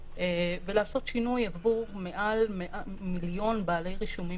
ולעשות שינוי עבור מעל מיליון בעלי רישומים